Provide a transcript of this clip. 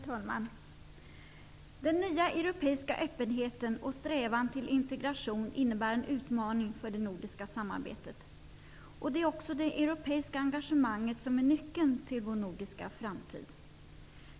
Herr talman! Den nya europeiska öppenheten och strävan till integration innebär en utmaning för det nordiska samarbetet. Det är också det europeiska engagemanget som är nyckeln till vår nordiska framtid.